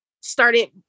started